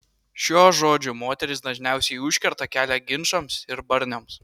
šiuo žodžiu moterys dažniausiai užkerta kelią ginčams ir barniams